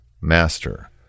master